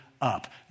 up